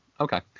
Okay